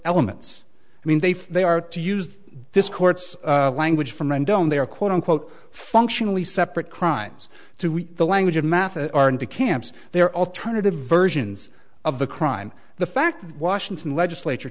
elements i mean they they are to use this court's language from and don't they are quote unquote functionally separate crimes to the language of math or are in the camps there are alternative versions of the crime the fact that washington legislature